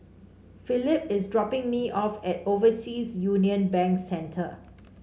Philip is dropping me off at Overseas Union Bank Centre